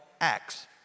Acts